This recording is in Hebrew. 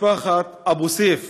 משפחת אבו סייף